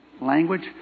language